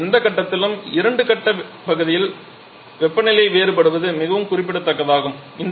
ஆனால் எந்த கட்டத்திலும் இரண்டு கட்ட பகுதியில் வெப்பநிலை வேறுபாடு மிகவும் குறிப்பிடத்தக்கதாகும்